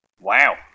Wow